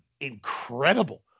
incredible